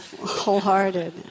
wholehearted